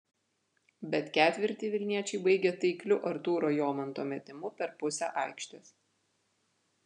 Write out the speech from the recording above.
bet ketvirtį vilniečiai baigė taikliu artūro jomanto metimu per pusę aikštės